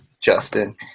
Justin